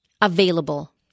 available